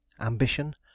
Ambition